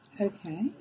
Okay